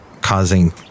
Causing